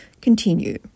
continue